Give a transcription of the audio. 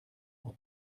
pour